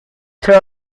there